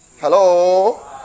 hello